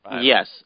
Yes